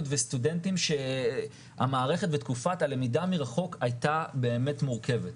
וסטודנטים שהמערכת בתקופת הלמידה מרחוק הייתה באמת מורכבת.